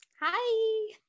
Hi